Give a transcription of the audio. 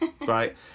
Right